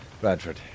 Bradford